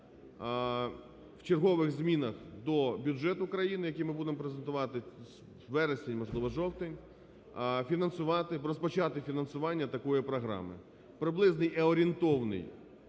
в чергових змінах до бюджету країни, який ми будемо презентувати – вересень, можливо, жовтень – фінансувати… розпочати фінансування такої програми. Приблизний і орієнтовний